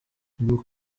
ubu